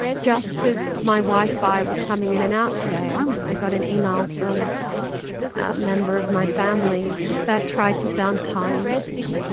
just as my wi-fi was coming in and out today, i i got an email from a member of my family that tried to sound kind and,